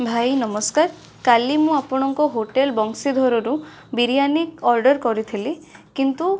ଭାଇ ନମସ୍କାର କାଲି ମୁଁ ଆପଣଙ୍କ ହୋଟେଲ ବଂଶୀଧରରୁ ବିରିୟାନି ଅର୍ଡ଼ର କରିଥିଲି କିନ୍ତୁ